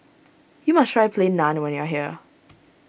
you must try Plain Naan when you are here